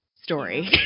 story